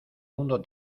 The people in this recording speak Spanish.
mundo